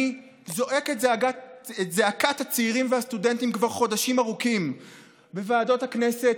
אני זועק את זעקת הצעירים והסטודנטים כבר חודשים ארוכים בוועדות הכנסת,